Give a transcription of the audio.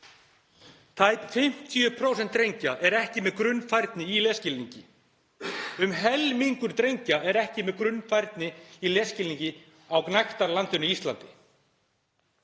Tæp 50% drengja eru ekki með grunnfærni í lesskilningi. Um helmingur drengja er ekki með grunnfærni í lesskilningi á gnægtarlandinu Íslandi.